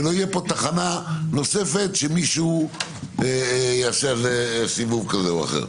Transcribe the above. שלא תהיה פה תחנה נוספת שמישהו יעשה על זה סיבוב כזה או אחר.